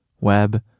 web